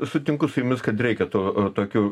sutinku su jumis kad reikia tokių